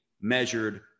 measured